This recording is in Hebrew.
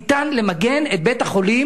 ניתן למגן את בית-החולים,